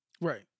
Right